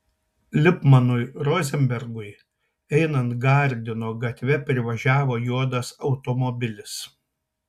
lipmanui rozenbergui einant gardino gatve privažiavo juodas automobilis